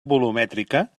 volumètrica